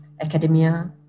academia